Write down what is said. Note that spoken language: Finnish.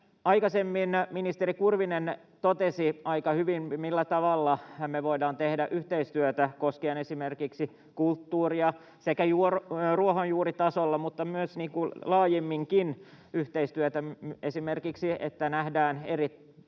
aikaisemmin ministeri Kurvinen totesi aika hyvin, millä tavalla me voidaan tehdä yhteistyötä koskien esimerkiksi kulttuuria ruohonjuuritasolla mutta myös laajemminkin, esimerkiksi siinä, että meidän YLE